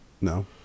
No